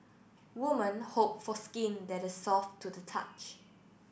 women hope for skin that is soft to the touch